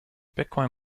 bitcoin